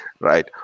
right